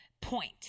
point